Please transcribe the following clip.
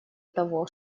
того